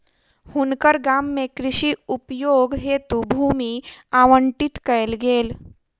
हुनकर गाम में कृषि उपयोग हेतु भूमि आवंटित कयल गेल